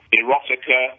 erotica